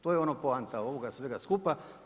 To je ono poanta onoga svega skupa.